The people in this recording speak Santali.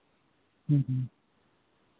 ᱦᱮᱸ ᱦᱮᱸ